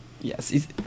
Yes